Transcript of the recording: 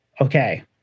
okay